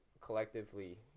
collectively